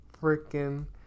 freaking